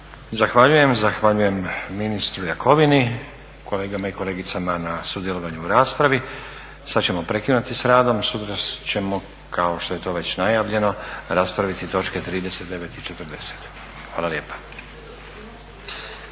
Zahvaljujem ministru Jakovini, kolegama i kolegicama na sudjelovanju u raspravi. Sad ćemo prekinuti s radom. Sutra ćemo kao što je to već najavljeno, raspraviti točke 39. i 40. Hvala lijepa.